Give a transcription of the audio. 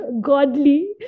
godly